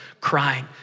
crying